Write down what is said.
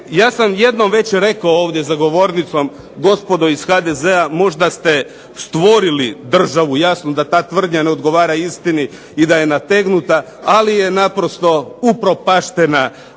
Ja sam već jednom rekao ovdje za govornicom gospodo iz HDZ-a možda ste stvorili državu, jasno da ta tvrdnja ne odgovara istini i da je nategnuta, ali je naprosto upropaštena